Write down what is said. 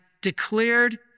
declared